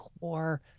core